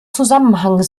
zusammenhang